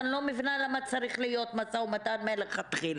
אני לא מבינה למה צריך להיות משא-ומתן מלכתחילה.